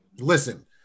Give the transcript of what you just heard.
Listen